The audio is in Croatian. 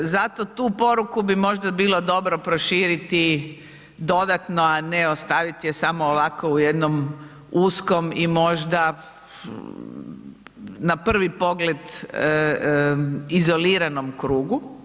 Zato tu poruku bi možda bilo dobro proširiti dodatno, a ne ostaviti je samo ovako u jednom uskom i možda na prvi pogled izoliranom krugu.